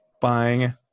buying